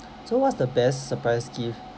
so what's the best surprise gift